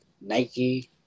Nike